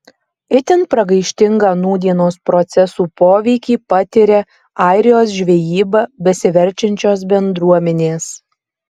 itin pragaištingą nūdienos procesų poveikį patiria airijos žvejyba besiverčiančios bendruomenės